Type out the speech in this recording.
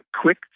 quick